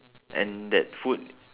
and that food